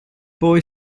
poi